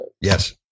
yes